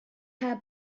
her